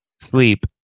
sleep